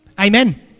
Amen